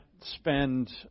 spend